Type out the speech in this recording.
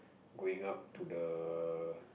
going up to the